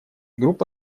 группа